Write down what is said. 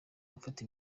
gufata